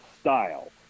style